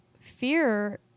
fear